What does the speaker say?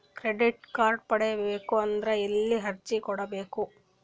Credit card ಪಡಿಬೇಕು ಅಂದ್ರ ಎಲ್ಲಿ ಅರ್ಜಿ ಕೊಡಬೇಕು?